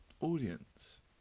Audience